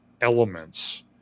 elements